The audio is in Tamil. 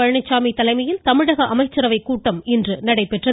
பழனிச்சாமி தமைமையில் தமிழக அமைச்சரவைக் கூட்டம் இன்று நடைபெற்றது